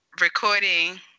recording